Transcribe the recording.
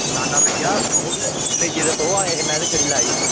ना ना भैया लेइयै तुस आये हे में ते छड़ी लाई ही